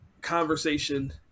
conversation